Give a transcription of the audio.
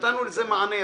נתנו לזה מענה יפה.